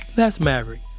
that's maverick.